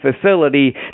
facility